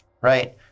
right